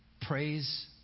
Praise